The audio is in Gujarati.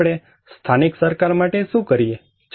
તેથી આપણે સ્થાનિક સરકાર માટે શું કરીએ